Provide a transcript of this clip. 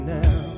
now